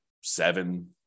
seven